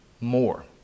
more